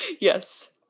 Yes